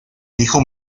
hijo